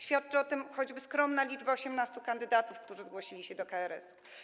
Świadczy o tym choćby skromna liczba 18 kandydatów, którzy zgłosili się do KRS-u.